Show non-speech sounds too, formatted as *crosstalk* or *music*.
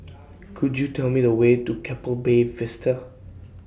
*noise* Could YOU Tell Me The Way to Keppel Bay Vista